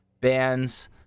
bands